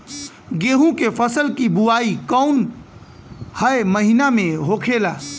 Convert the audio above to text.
गेहूँ के फसल की बुवाई कौन हैं महीना में होखेला?